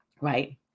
right